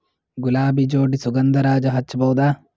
ಗುಲಾಬಿ ಜೋಡಿ ಸುಗಂಧರಾಜ ಹಚ್ಬಬಹುದ?